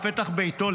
לפתח ביתו,